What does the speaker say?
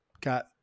got